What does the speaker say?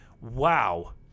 Wow